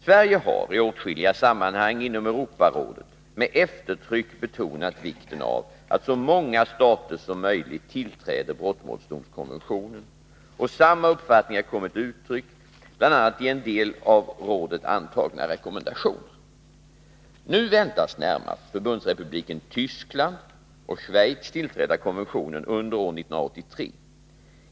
Sverige har i åtskilliga sammanhang inom Europarådet med eftertryck betonat vikten av att så många stater som möjligt tillträder brottmålsdomskonventionen, och samma uppfattning har kommit till uttryck bl.a. i en del av rådet antagna rekommendationer. Nu väntas närmast Förbundsrepubliken Tyskland och Schweiz tillträda konventionen under år 1983.